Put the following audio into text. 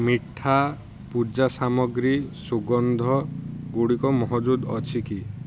ମିଠା ପୂଜା ସାମଗ୍ରୀ ସୁଗନ୍ଧଗୁଡ଼ିକ ମହଜୁଦ ଅଛି କି